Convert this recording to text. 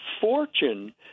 fortune